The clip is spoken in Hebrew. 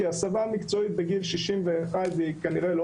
כי הסבה מקצועית בגיל 61 היא כנראה לא